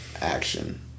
action